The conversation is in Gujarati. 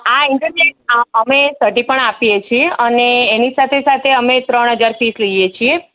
આ એક્ઝામ છે અમે સર્ટિ પણ આપીએ છીએ અને એની સાથે સાથે અમે ત્રણ હજાર ફીસ લઈએ છીએ